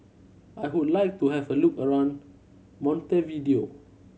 I would like to have a look around Montevideo